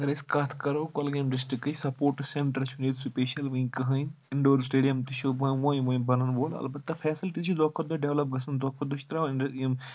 اگر أسۍ کَتھ کَرو کۄلگٲمۍ ڈِسٹرکٕچ سپوٹٕس سیٚنٹَر چھُنہٕ ییٚتہِ سُپَیشَل وٕنہٕ کٕہٕنۍ اِنٛڈور سِٹیڈِیَم تہِ چھُ وۄنۍ وۄنۍ بَنن وول البَتہ فیسَلٹی چھِ دۄہ کھۄتہٕ دۄہ ڈیٚولَپ گژھان دۄہ کھۄتہٕ دۄہ چھِ ترٛاوان یِم